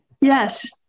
Yes